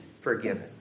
forgiven